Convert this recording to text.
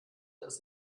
dass